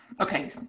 okay